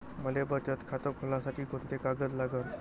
मले बचत खातं खोलासाठी कोंते कागद लागन?